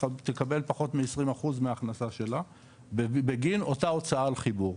תקבל פחות מ- 20% מההכנסה שלה בגין אותה הוצאה על חיבור,